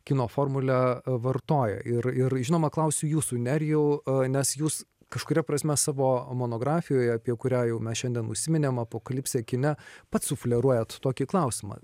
kino formulę vartoja ir ir žinoma klausiu jūsų nerijau nes jūs kažkuria prasme savo monografijoje apie kurią jau mes šiandien užsiminėm apokalipsė kine pats sufleruojat tokį klausimą